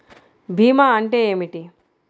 భీమా అంటే ఏమిటి?